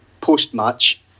post-match